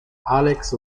alex